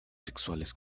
sexuales